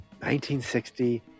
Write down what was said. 1960